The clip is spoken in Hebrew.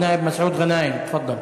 נאאב מסעוד גנאים, תפאדל.